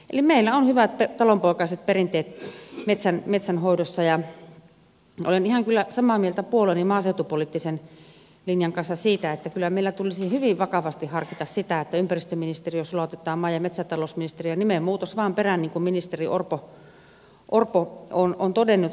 meillä on hyvät talonpoikaiset perinteet metsän hoidossa ja olen ihan kyllä samaa mieltä puolueeni maaseutupoliittisen linjan kanssa siitä että kyllä meillä tulisi hyvin vakavasti harkita sitä että ympäristöministeriö sulautetaan maa ja metsätalousministeriöön nimenmuutos vain perään niin kuin ministeri orpo on todennut